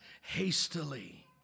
hastily